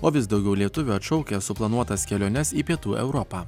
o vis daugiau lietuvių atšaukia suplanuotas keliones į pietų europą